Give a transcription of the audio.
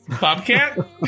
Bobcat